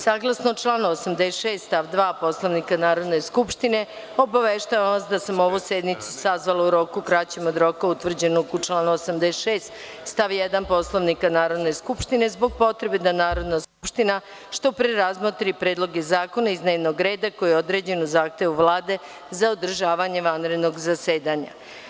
Saglasno članu 86. stav 2. Poslovnika Narodne skupštine, obaveštavam vas da sam ovu sednicu sazvala u roku kraćem od roka utvrđenog u članu 86. stav 1. Poslovnika Narodne skupštine zbog potrebe da Narodna skupština što pre razmotri predloge zakona iz dnevnog reda koji je određen u zahtevu Vlade za održavanje vanrednog zasedanja.